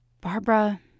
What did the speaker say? Barbara